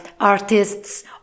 artists